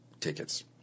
tickets